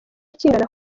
kingana